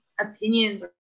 opinions